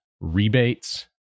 rebates